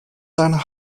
seiner